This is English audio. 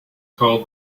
called